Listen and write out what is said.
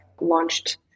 launched